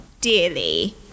dearly